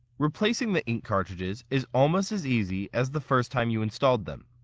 replacing the ink cartridges is almost as easy as the first time you installed them.